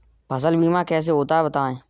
फसल बीमा कैसे होता है बताएँ?